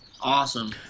Awesome